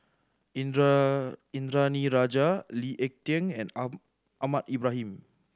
Indranee Rajah Lee Ek Tieng and Ahmad Ibrahim